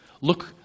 Look